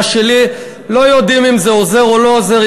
שלי לא יודעים אם זה עוזר או לא עוזר.